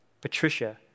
Patricia